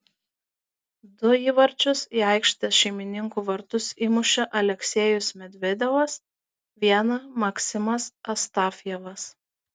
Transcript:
du įvarčius į aikštės šeimininkų vartus įmušė aleksejus medvedevas vieną maksimas astafjevas